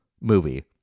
movie